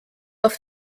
auf